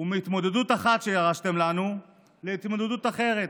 ומהתמודדות שהורשתם לנו להתמודדות אחרת,